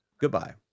Goodbye